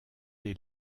les